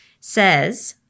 says